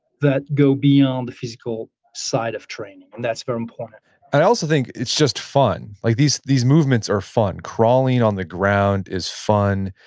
that go beyond the physical side of training. and that's very important i also think it's just fun. like these these movements are fun, crawling on the ground is fun,